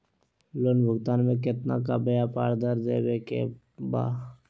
Loan भुगतान में कितना का ब्याज दर देवें के बा?